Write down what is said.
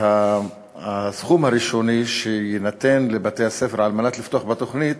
שהסכום הראשוני שיינתן לבתי-הספר על מנת לפתוח בתוכנית